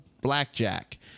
Blackjack